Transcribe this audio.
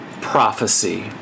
prophecy